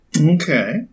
Okay